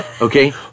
okay